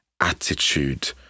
attitude